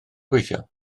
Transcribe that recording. gweithio